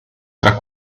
tra